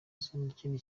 ikindi